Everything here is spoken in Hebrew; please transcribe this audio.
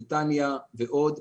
נתניה ועוד,